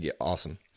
Awesome